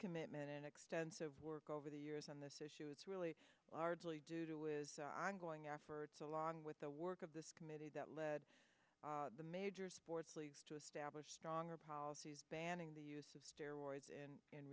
commitment and extensive work over the years on this issue it's really largely due to is ongoing efforts along with the work of this committee that led the major sports leagues to establish stronger policies banning the use of steroids in